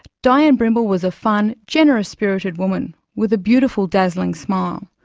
dianne brimble was a fun, generous-spirited woman with a beautiful dazzling smile.